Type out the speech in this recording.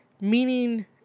meaning